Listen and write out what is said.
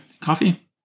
coffee